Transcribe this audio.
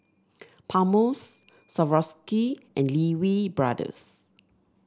Palmer's Swarovski and Lee Wee Brothers